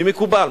היא מקובלת.